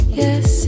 yes